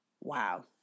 Wow